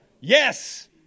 Yes